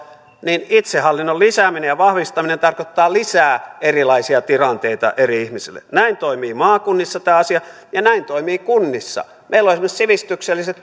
niin itsehallinnon lisääminen ja vahvistaminen tarkoittaa lisää erilaisia tilanteita eri ihmisille näin toimii maakunnissa tämä asia ja näin toimii kunnissa meillä on esimerkiksi sivistykselliset